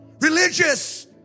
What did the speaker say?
religious